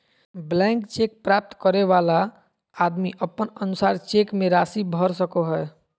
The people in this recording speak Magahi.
ब्लैंक चेक प्राप्त करे वाला आदमी अपन अनुसार चेक मे राशि भर सको हय